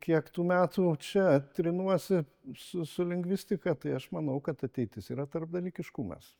kiek tų metų čia trinuosi su su lingvistika tai aš manau kad ateitis yra tarpdalykiškumas